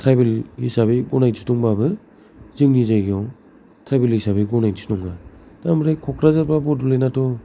tribal हिसाबै गनायथि दंबाबो जोंनि जायगायाव ट्राइबेल हिसाबै गनायथि नङा दा ओमफ्राय क'क्राझार बा बड'लेण्डआथ'